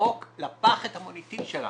לזרוק לפח את המוניטין שלנו.